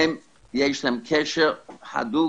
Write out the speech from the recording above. יש להם קשר הדוק